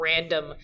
random